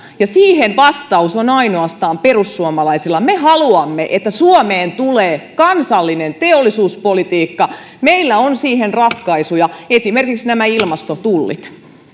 ja siihen vastaus on ainoastaan perussuomalaisilla me haluamme että suomeen tulee kansallinen teollisuuspolitiikka meillä on siihen ratkaisuja esimerkiksi ilmastotullit